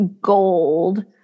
gold